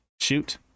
Shoot